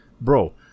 Bro